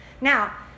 Now